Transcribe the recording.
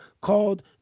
called